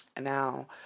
Now